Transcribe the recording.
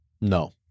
no